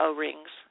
O-rings